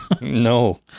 No